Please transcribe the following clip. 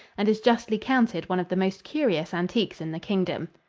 and is justly counted one of the most curious antiques in the kingdom.